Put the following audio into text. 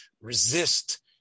resist